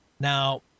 Now